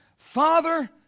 Father